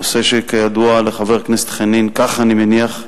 דבר שכידוע לחבר הכנסת חנין, כך אני מניח,